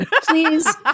please